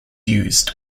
used